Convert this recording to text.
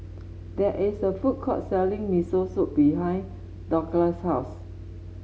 there is a food court selling Miso Soup behind Douglass' house